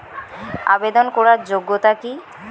আবেদন করার যোগ্যতা কি?